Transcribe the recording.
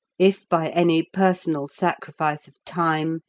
if by any personal sacrifice of time,